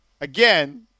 again